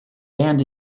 band